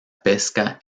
pesca